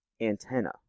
antenna